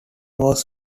was